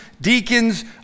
deacons